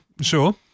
sure